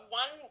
one